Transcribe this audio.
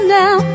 now